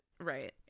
Right